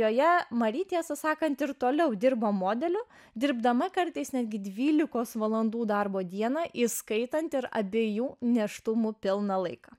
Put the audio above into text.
joje mari tiesą sakant ir toliau dirbo modeliu dirbdama kartais netgi dvylikos valandų darbo dieną įskaitant ir abiejų nėštumų pilną laiką